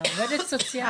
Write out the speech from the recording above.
לא לחולי סרטן,